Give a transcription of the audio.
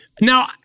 Now